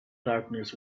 darkness